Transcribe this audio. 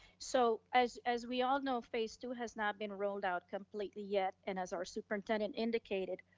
so as as we all know, phase two has not been rolled out completely yet, and as our superintendent indicated,